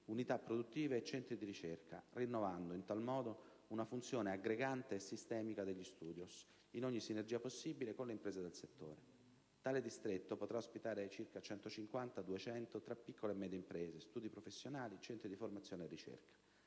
unità produttive e centri di ricerca, rinnovando in tal modo una funzione aggregante e sistemica degli *studios*, in ogni sinergia possibile con le imprese del settore. Tale Distretto potrà ospitare circa 150-200 tra piccole e medie imprese, studi professionali, centri di formazione e ricerca.